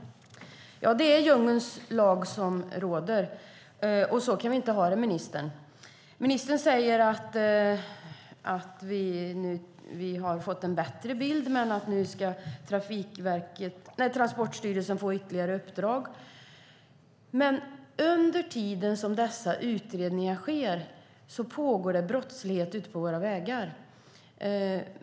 Det är djungelns lag som råder. Så kan vi inte ha det, ministern. Ministern säger att vi har fått en bättre bild, men att Transportstyrelsen nu ska få ytterligare uppdrag. Men under den tid som dessa utredningar sker pågår brottslighet ute på våra vägar.